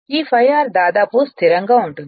ఈ ∅r దాదాపు స్థిరంగా ఉంటుంది